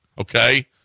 Okay